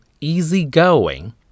easygoing